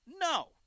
No